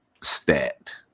stat